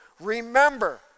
remember